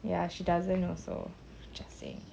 ya she doesn't also just saying